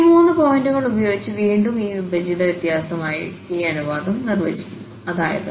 ഈ മൂന്ന് പോയിന്റുകൾ ഉപയോഗിച്ച് വീണ്ടും ഈ വിഭജിത വ്യത്യാസമായി ഈ അനുപാതം നിർവചിക്കുന്നു അതായത്fx2x1x0